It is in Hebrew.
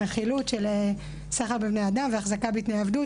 החילוט של סחר בבני-אדם והחזקה בתנאי עבדות.